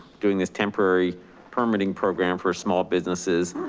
doing this temporary permitting program for small businesses,